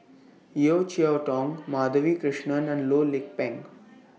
Yeo Cheow Tong Madhavi Krishnan and Loh Lik Peng